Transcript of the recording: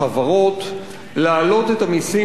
להעלות את המסים על בעלי ההון,